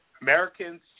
Americans